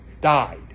died